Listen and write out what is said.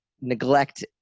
neglect